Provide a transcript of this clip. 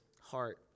heart